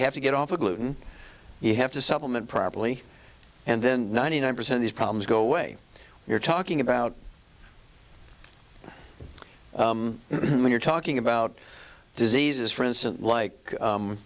have to get off a gluten you have to supplement properly and then ninety nine percent these problems go away you're talking about when you're talking about diseases for instance like